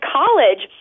college